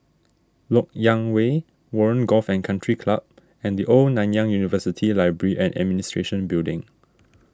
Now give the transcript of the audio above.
Lok Yang Way Warren Golf and Country Club and the Old Nanyang University Library and Administration Building